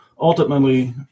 ultimately